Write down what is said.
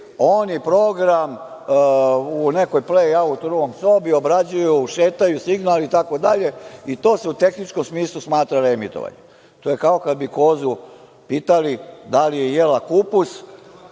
oni program u nekoj playout room sobi obrađuju, šetaju signal itd, i to se u tehničkom smislu smatra reemitovanjem. To je kao kad bi kozu pitali da li je jela kupus